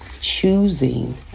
choosing